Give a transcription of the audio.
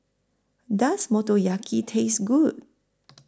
Does Motoyaki Taste Good